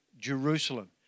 Jerusalem